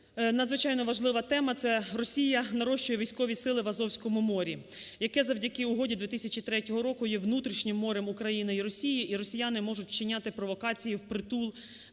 надзвичайно важлива тема - це Росія нарощує військові сили в Азовському морі, яке завдяки угоді 2003 року є внутрішнім морем України і Росії, і росіяни можуть вчиняти провокації впритул